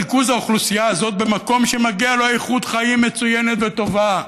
ריכוז האוכלוסייה הזאת במקום שמגיעה לו איכות חיים מצוינת וטובה,